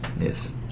Yes